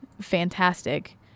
fantastic